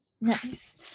Nice